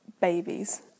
babies